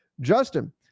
Justin